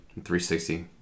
360